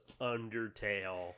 Undertale